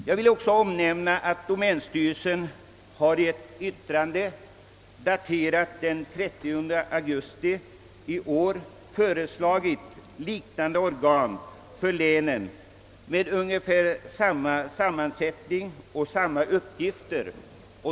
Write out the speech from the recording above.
Jag vill också omnämna att domänstyrelsen i ett yttrande, daterat den 30 augusti i år, har föreslagit liknande organ, s.k. länsälgnämnder, för länen med ungefär samma sammansättning och uppgifter.